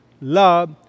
love